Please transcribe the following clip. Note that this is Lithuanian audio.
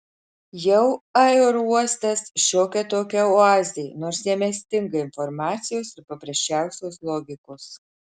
jau aerouostas šiokia tokia oazė nors jame stinga informacijos ir paprasčiausios logikos